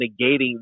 negating